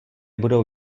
budou